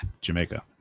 Jamaica